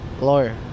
Lawyer